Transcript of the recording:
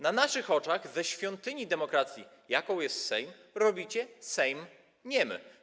Na naszych oczach ze świątyni demokracji, jaką jest Sejm, robicie Sejm niemy.